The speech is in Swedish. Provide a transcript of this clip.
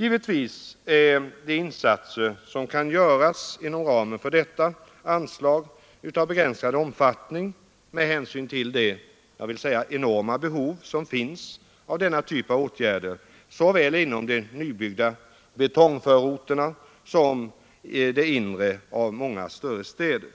Givetvis är de insatser som kan göras inom ramen för detta anslag av begränsad omfattning med hänsyn till det, vill jag säga, enorma behov som finns av denna typ av åtgärder såväl inom de nybyggda betongförorterna som i det inre av många större städer.